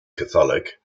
catholic